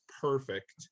perfect